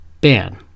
ban